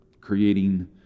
creating